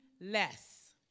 less